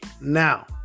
Now